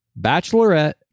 bachelorette